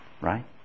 right